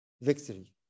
victory